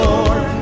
Lord